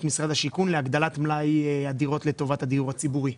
משרד השיכון להגדלת מלאי הדירות לטובת הדיור הציבורי.